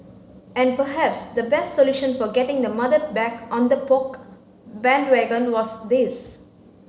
and perhaps the best solution for getting the mother back on the Poke bandwagon was this